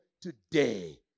today